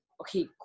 okay